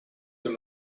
from